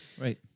Right